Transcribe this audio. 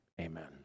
Amen